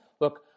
look